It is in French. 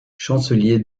chancelier